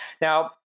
Now